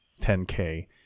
10K